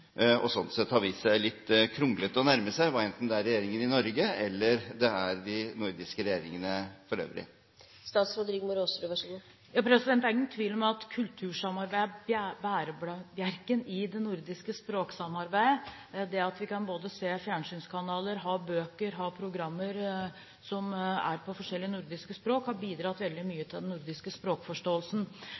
og slik sett har vist seg litt kronglete å nærme seg, enten det er regjeringen i Norge, eller det er de øvrige nordiske regjeringene. Det er ingen tvil om at kultursamarbeid er bærebjelken i det nordiske språksamarbeidet. Det at vi både kan se fjernsynskanaler, ha bøker, ha programmer som er på forskjellige nordiske språk, har bidratt veldig mye til den nordiske språkforståelsen.